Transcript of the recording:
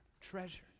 treasure